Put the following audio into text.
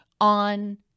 on